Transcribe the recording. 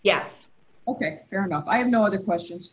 yes ok fair enough i have no other questions